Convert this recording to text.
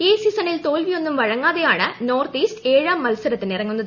ഈ സീസണിൽ തോൽവിയൊന്നും വഴങ്ങാതെയാണ് നോർത്ത് ഇൌസ്റ്റ് ഏഴാം മത്സരത്തിനിറങ്ങുന്നത്